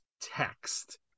text